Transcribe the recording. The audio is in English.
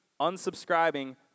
unsubscribing